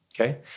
Okay